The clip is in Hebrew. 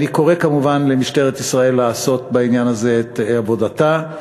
אני קורא כמובן למשטרת ישראל לעשות בעניין הזה את עבודתה.